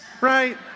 right